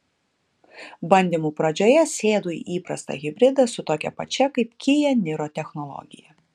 bandymų pradžioje sėdu į įprastą hibridą su tokia pačia kaip kia niro technologija